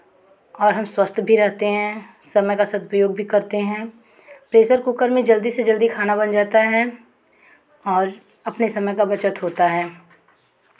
और हम स्वस्थ भी रहते हैं समय का सदुपयोग भी करते हैं प्रेशर कूकर में जल्दी से जल्दी खाना बन जाता है और अपने समय का बचत होता है